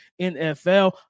NFL